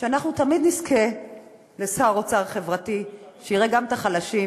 שאנחנו תמיד נזכה לשר אוצר חברתי שיראה גם את החלשים,